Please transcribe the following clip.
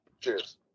Cheers